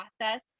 process